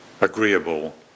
agreeable